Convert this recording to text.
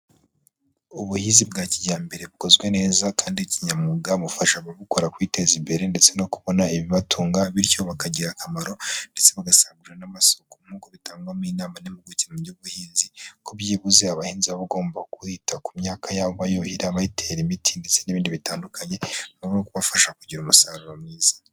Ubuhinzi bwa kijyambere bukozwe neza kandi kinyamwuga, bufasha ababukora kwiteza imbere ndetse no kubona ibibatunga. Bityo bakagira akamaro ndetse bagasagurira n'amasoko. Nk'uko bitangwamo inama n'impuguke mu by'ubuhinzi ko byibuze abahinzi baba bagomba kwita ku myaka yabo, bayuhira, bayitera imiti ndetse n'ibindi bitandukanye hamwe no kubafasha kugira umusaruro mwiza.